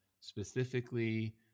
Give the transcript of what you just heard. specifically